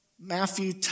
Matthew